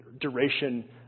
duration